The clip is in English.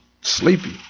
sleepy